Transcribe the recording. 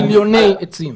מיליוני עצים.